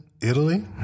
Italy